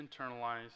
internalized